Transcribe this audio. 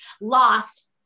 lost